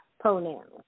pronouns